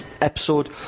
episode